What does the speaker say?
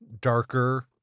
darker